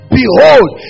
behold